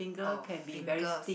oh fingers